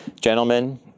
Gentlemen